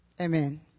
Amen